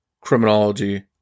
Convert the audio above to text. Criminology